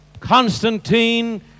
Constantine